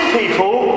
people